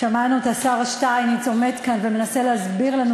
שמענו את השר שטייניץ עומד כאן ומנסה להסביר לנו